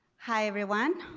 hi everyone.